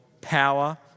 power